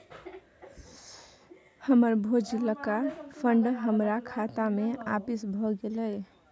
हमर भेजलका फंड हमरा खाता में आपिस भ गेलय